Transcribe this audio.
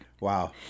Wow